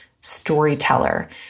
storyteller